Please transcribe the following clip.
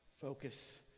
focus